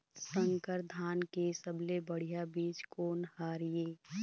संकर धान के सबले बढ़िया बीज कोन हर ये?